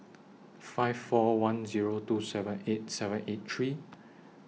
five four one Zero two seven eight seven eight three